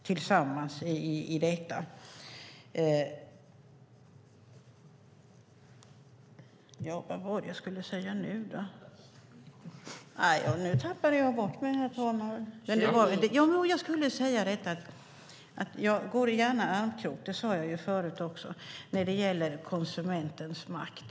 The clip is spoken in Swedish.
Jag ska också säga att jag gärna går i armkrok när det gäller konsumentens makt.